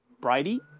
Brady